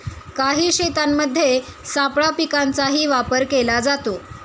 काही शेतांमध्ये सापळा पिकांचाही वापर केला जातो